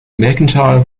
mercantile